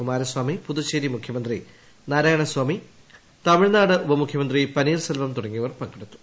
കുമാരസ്വാമി പു്തുച്ചേരി മുഖ്യമന്ത്രി നാരായണ സ്വാമി തമിഴ്നാട് ഉപമുഖ്യമന്ത്രി പനീർസെൽവം തുടങ്ങിയവർ പങ്കെടുത്തു